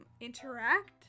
interact